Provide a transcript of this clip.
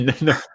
no